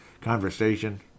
conversation